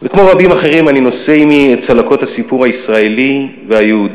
וכמו רבים אחרים אני נושא עמי את צלקות הסיפור הישראלי והיהודי.